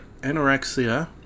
anorexia